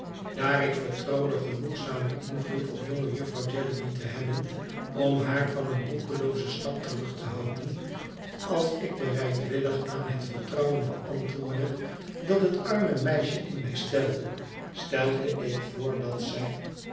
daar ik vertrouwde genoegzamen invloed op jonge jufvrouw jellyby te hebben om haar van een roekeloozen stap terug te houden als ik bereidwillig aan het vertrouwen beantwoordde dat het arme meisje in mij stelde stelde ik voor dat zij